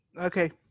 okay